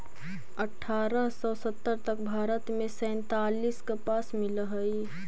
अट्ठारह सौ सत्तर तक भारत में सैंतालीस कपास मिल हलई